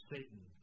Satan